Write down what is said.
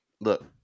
look